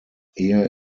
ehe